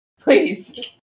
Please